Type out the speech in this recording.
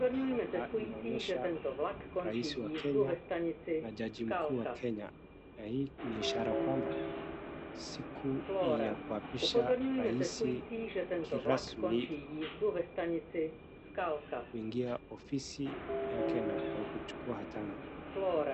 Hapa inaonyesha rais wa Kenya na jaji mkuu wa Kenya na hii ni ishara kwamba siku ya kuapisha rais kirasmi kuingia ofisi yake na kuchukua atamu.